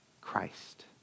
Christ